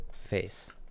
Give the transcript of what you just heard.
Face